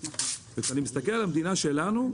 כשאני מסתכל על המדינה שלנו,